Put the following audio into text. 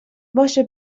باشه